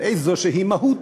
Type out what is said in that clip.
על איזושהי מהות,